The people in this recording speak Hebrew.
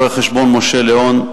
רואה-חשבון משה ליאון,